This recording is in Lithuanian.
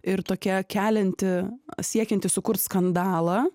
ir tokia kelianti siekianti sukurt skandalą